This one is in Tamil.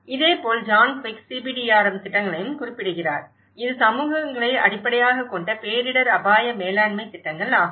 இதேபோல் ஜான் ட்விக் CBDRM திட்டங்களையும் குறிப்பிடுகிறார் இது சமூகங்களை அடிப்படையாகக் கொண்ட பேரிடர் அபாய மேலாண்மை திட்டங்கள் ஆகும்